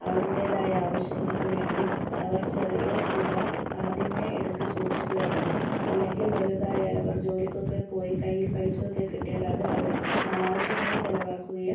അവരുടേതായ ആവശ്യങ്ങൾക്ക് വേണ്ടിയും അവർ ചെറിയ തുക ആദ്യമേ എടുത്തു സൂക്ഷിച്ചു വെക്കണം അല്ലെങ്കിൽ വലുതായാൽ അവർ ജോലിക്ക് ഒക്കെ പോയി കയ്യിൽ പൈസ ഒക്കെ കിട്ടിയാൽ അത് അവർ ആനാവശ്യമായി ചിലവാക്കുകയും